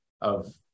of-